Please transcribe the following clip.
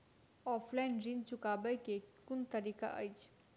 Offline ऋण चुकाबै केँ केँ कुन तरीका अछि?